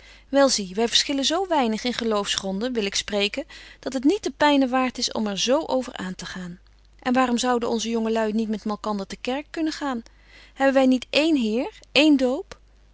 wel zie wy verschillen zo weinig in geloofsgronden wil ik spreken dat het niet de pyne waart is om er zo over aantegaan en waarom zouden onze jonge lui niet met malkander te kerk kunnen gaan hebben wy niet één heer één doop